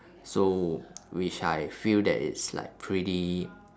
so which I feel that it's like pretty